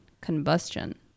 combustion